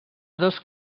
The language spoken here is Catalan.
dos